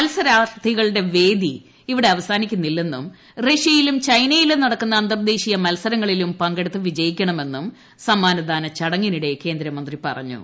മത്സരാർത്ഥികളുടെ വേദി അവസാനിക്കുന്നില്ലെന്നും ഇവിടെ റഷ്യയിലും ചൈനയിലും നടക്കുന്ന അന്തർദേശീയ മത്സരങ്ങളിലും പങ്കെടുത്ത് വിജയിക്കണമെന്നും സമ്മാനദാന ചടങ്ങിനിടെ കേന്ദ്രമന്ത്രി പറഞ്ഞു